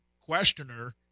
questioner